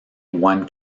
one